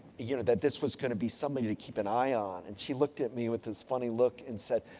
you know, that this was going to be somebody to keep an eye on? and she looked at me with this funny look and said,